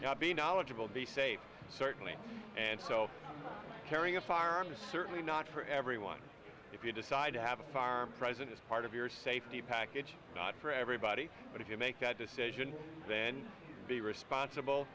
knowledgeable be knowledgeable be safe certainly and so carrying a firearm is certainly not for everyone if you decide to have a farm present as part of your safety package not for everybody but if you make that decision then be responsible